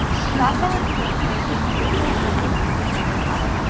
so, that's all it took to make this beautiful purple sweet potato pie.